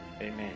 Amen